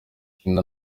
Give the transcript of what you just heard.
ikindi